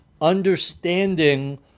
understanding